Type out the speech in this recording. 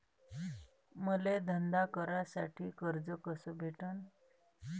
मले धंदा करासाठी कर्ज कस भेटन?